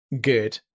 good